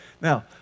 Now